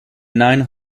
nine